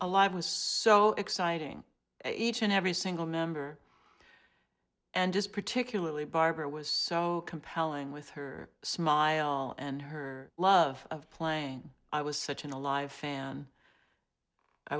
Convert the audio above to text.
a live was so exciting each and every single member and just particularly barbara was so compelling with her smile and her love of playing i was such an alive fan i